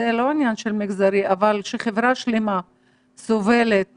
אבל כשחברה שלמה סובלת